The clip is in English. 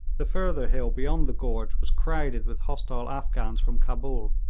the further hill beyond the gorge was crowded with hostile afghans from cabul,